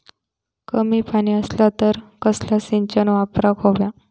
कमी पाणी असला तर कसला सिंचन वापराक होया?